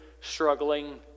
struggling